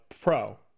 pro